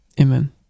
amen